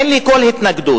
אין לי כל התנגדות.